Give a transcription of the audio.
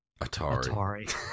Atari